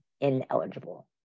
ineligible